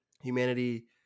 humanity